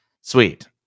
Sweet